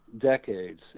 decades